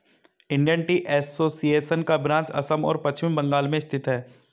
Indian tea association का branch Assam और पश्चिम बंगाल में स्थित है